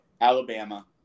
Alabama